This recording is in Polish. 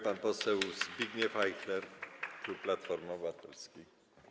Pan poseł Zbigniew Ajchler, klub Platformy Obywatelskiej.